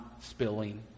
spilling